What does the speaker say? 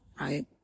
right